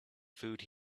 food